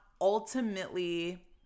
ultimately